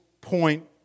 point